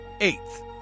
Eighth